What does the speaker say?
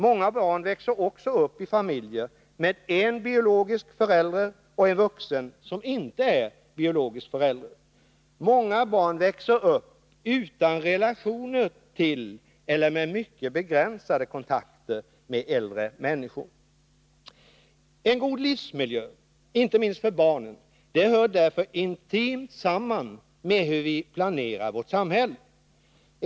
Många barn växer också upp i familjer med en biologisk förälder och med en vuxen som inte är biologisk förälder. Många barn växer upp utan relationer till eller med mycket begränsade kontakter med äldre människor. En god livsmiljö, inte minst för barnen, hör därför intimt samman med hur vi planerar i vårt samhälle.